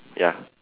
ya